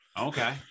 okay